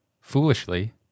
foolishly